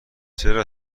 چرا